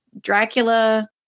Dracula